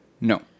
No